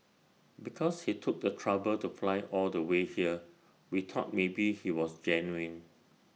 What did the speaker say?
because he took the trouble to fly all the way here we thought maybe he was genuine